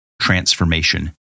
transformation